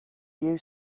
you